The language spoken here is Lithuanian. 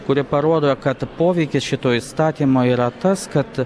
kuri parodo kad poveikis šito įstatymo yra tas kad